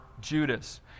Judas